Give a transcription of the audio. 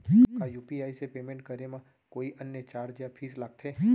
का यू.पी.आई से पेमेंट करे म कोई अन्य चार्ज या फीस लागथे?